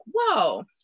whoa